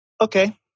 Okay